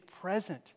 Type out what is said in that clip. present